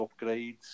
upgrades